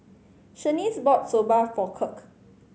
Shanice bought Soba for Kirk